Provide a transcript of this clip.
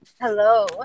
Hello